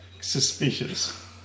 suspicious